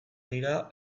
dira